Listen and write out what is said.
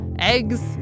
eggs